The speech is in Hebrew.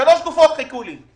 שלוש גופות חיכו לי.